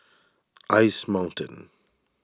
Ice Mountain